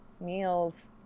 meals